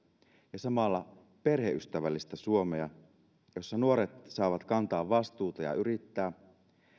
ja samalla perheystävällistä suomea jossa nuoret saavat kantaa vastuuta ja yrittää